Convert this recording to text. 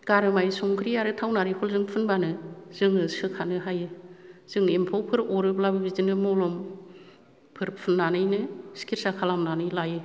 गारामाय संख्रि आरो थाव नारिखलजों फुनबानो जोङो सोखानो हायो जों एम्फौफोर अरोब्लाबो बिदिनो मलमफोर फुननानैनो सिकित्सा खालामनानै लायो